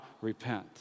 Repent